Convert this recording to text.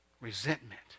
Resentment